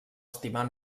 estimar